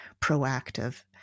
proactive